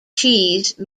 cheese